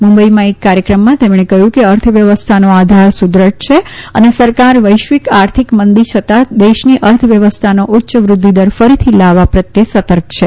મુંબઈમાં એક કાર્યક્રમમાં તેમણે કહ્યું કે અર્થ વ્યવસ્થાનો આધાર સુદૃઢ છે અને સરકાર વૈશ્વિક આર્થિક મંદી છતાં દેશની અર્થ વ્યવસ્થાનો ઉચ્ય વૃષ્યદર ફરીથી લાવવા પ્રત્યે સતર્ક છે